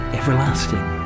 everlasting